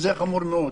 וזה חמור מאוד.